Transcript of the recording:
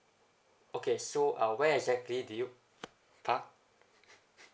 okay so uh where exactly did you park